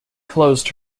closed